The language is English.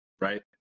right